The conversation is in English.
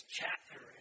chapter